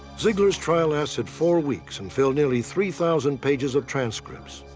zeigler's trial lasted four weeks and filled nearly three thousand pages of transcripts.